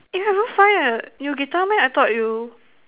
you haven't find a you guitar meh I thought you